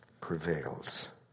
Prevails